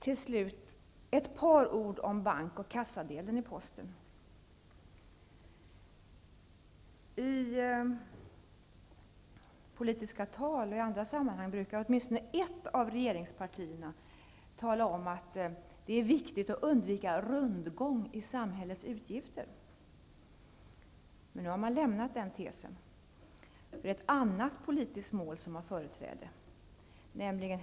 Till slut vill jag säga ett par ord om bank och kassadelen i posten. I politiska tal och andra sammanhang brukar åtminstone ett av regeringspartierna tala om att det är viktigt att undvika rundgång i samhällets utgifter. Nu har man lämnat den tesen för ett annat politiskt mål som har företräde.